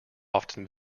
often